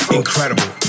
incredible